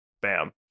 Bam